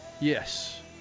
Yes